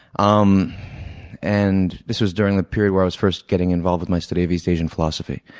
um and this was during the period when i was first getting involved with my study of east asian philosophy.